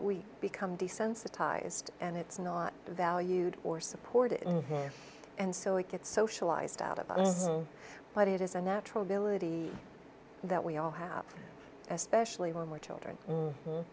we become desensitized and it's not valued or supported in here and so it gets socialized out of but it is a natural ability that we all have especially when we're children